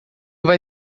vai